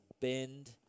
bend